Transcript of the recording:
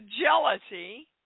jealousy